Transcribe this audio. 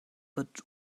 but